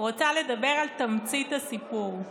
רוצה לדבר על תמצית הסיפור.